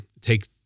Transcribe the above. take